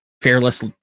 Fearless